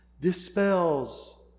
dispels